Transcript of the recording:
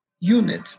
unit